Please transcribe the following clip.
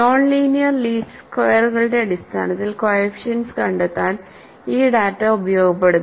non linear least സ്ക്വയറുകളുടെ അടിസ്ഥാനത്തിൽ coefficients കണ്ടെത്താൻ ഈ ഡാറ്റ ഉപയോഗപ്പെടുത്തുന്നു